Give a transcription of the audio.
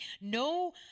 no